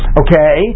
okay